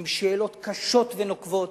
עם שאלות קשות ונוקבות,